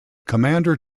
commander